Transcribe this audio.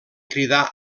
cridar